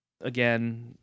again